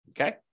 Okay